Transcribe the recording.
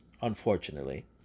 unfortunately